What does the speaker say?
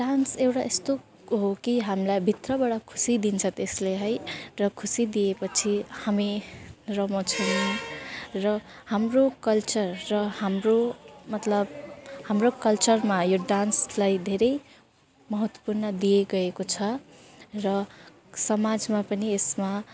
dance एउटा यस्तो हो कि हामीलाई भित्रबाट खुसी दिन्छ त्यसले है र खुसी दिएपछि हामी रमाउँछौँ र हाम्रो कल्चर र हाम्रो मतलब हाम्रो कल्चरमा यो डान्सलाई धेरै महत्त्वपूर्ण दिए गएको छ र समाजमा पनि यसमा